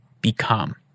become